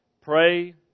Pray